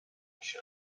show